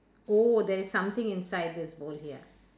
oh there is something inside this bowl here